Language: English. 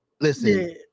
Listen